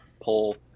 pull